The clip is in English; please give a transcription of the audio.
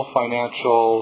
financial